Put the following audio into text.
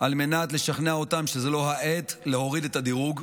על מנת לשכנע אותם שזו לא העת להוריד את הדירוג,